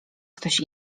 ktoś